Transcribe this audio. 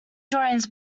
drawings